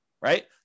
Right